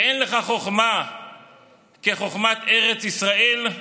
ואין לך חוכמה כחוכמת ארץ ישראל,